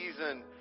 season